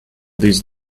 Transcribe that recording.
these